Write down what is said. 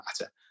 matter